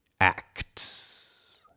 acts